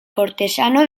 cortesano